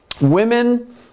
Women